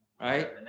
right